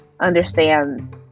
understands